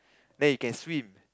then you can swim